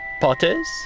Potters